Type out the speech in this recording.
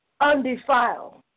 undefiled